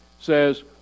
says